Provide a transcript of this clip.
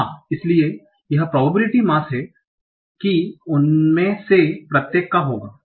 हां इसलिए यह probability mass है कि उनमें से प्रत्येक का होंगा